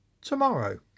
tomorrow